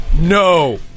No